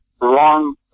wrong